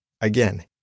Again